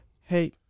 hey